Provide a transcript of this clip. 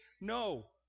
no